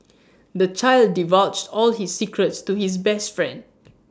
the child divulged all his secrets to his best friend